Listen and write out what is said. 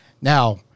Now